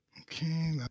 Okay